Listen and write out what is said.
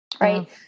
Right